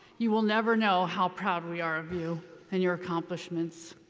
you will never know how proud we are of you and your accomplishments.